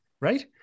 Right